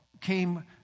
came